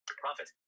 profit